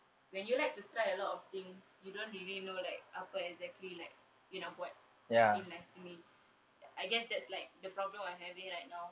when you like to try a lot of things you don't really know like apa exactly like you nak buat in life to me I guess that's like the problem I'm having right now